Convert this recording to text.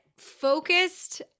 focused